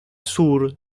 sur